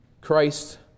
Christ